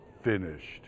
finished